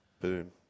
Boom